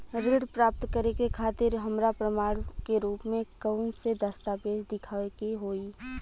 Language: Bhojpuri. ऋण प्राप्त करे के खातिर हमरा प्रमाण के रूप में कउन से दस्तावेज़ दिखावे के होइ?